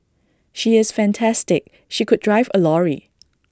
she is fantastic she could drive A lorry